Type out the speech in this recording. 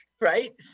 right